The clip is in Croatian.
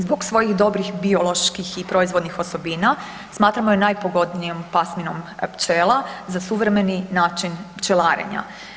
Zbog svojih dobrih bioloških i proizvodnih osobina, smatramo je najpogodnijom pasminom pčela, za suvremeni način pčelarenja.